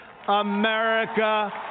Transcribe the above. America